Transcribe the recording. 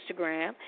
Instagram